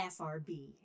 FRB